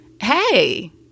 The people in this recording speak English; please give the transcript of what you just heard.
hey